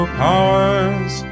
powers